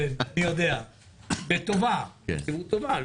אני יודע, יציבות טובה.